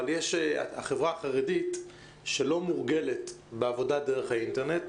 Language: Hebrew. אבל בחברה החרדית שלא מורגלת בעבודה דרך האינטרנט,